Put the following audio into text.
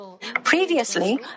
Previously